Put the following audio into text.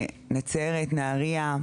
נצייר את נהריה,